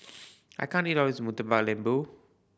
I can't eat of this Murtabak Lembu